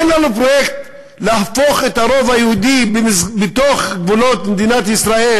אין לנו פרויקט להפוך את הרוב היהודי בתוך גבולות מדינת ישראל.